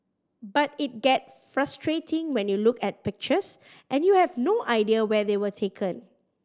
but it get frustrating when you look at pictures and you have no idea where they were taken